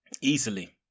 easily